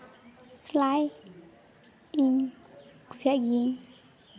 ᱥᱮᱞᱟᱭ ᱤᱧ ᱠᱩᱥᱤᱭᱟᱜ ᱜᱤᱭᱟᱹᱧ